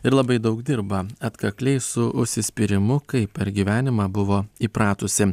ir labai daug dirba atkakliai su užsispyrimu kaip per gyvenimą buvo įpratusi